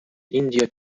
india